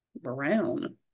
brown